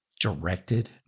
directed